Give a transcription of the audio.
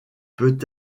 peut